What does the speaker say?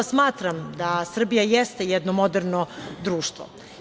Smatram da Srbija jeste jedno moderno društvo.